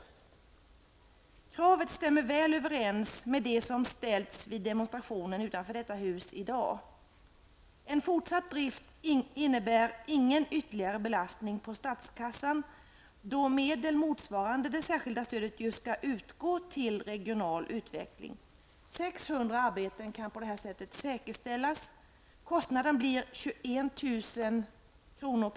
Kravet stämmer väl överens med det som ställts vid demonstrationen utanför detta hus i dag. En fortsatt drift innebär ingen ytterligare belastning på statskassan, då medel motsvarande det särskilda stödet ju skall utgå till regional utveckling. 600 arbeten kan på detta sätt säkerställas. Kostnaden blir 21 000 kr.